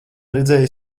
redzēji